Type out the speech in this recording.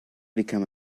become